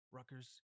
Rutgers